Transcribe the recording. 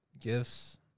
gifts